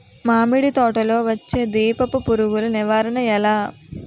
మామిడి తోటలో వచ్చే దీపపు పురుగుల నివారణ ఎలా?